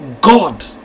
God